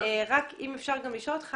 אם אפשר גם לשאול אותך